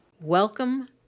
Welcome